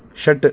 षट्